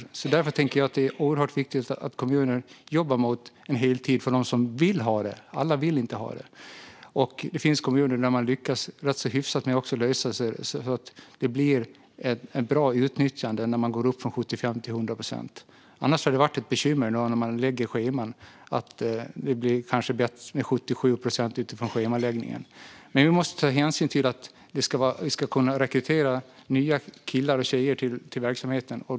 Det är därför oerhört viktigt att kommuner jobbar för heltid för dem som vill ha det. Alla vill dock inte ha det. Det finns kommuner som har lyckats rätt hyfsat med att lösa det hela så att det blir ett bra utnyttjande när man går upp från 75 till 100 procent. Det har annars varit ett bekymmer när man lagt scheman. Det har utifrån schemaläggningen kanske varit bättre med 77 procent. Vi måste dock ta hänsyn till att vi måste kunna rekrytera nya killar och tjejer till verksamheten.